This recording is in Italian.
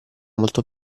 molto